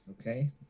Okay